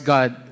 God